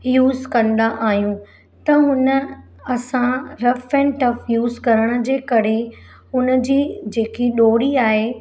use कंदा आहियूं त हुन असां रफ़ एंड टफ़ यूज़ करण जे करे उन जी जेकी डोरी आहे